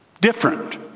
Different